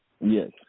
Yes